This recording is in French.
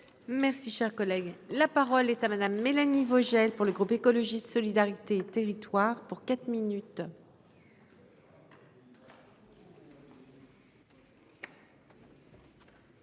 Merci, cher collègue, la parole est à Madame, Mélanie Vogel pour le groupe écologiste solidarité territoire pour quatre minutes.